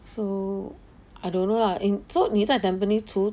so I don't know lah in so 你在 Tampines 除